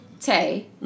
Tay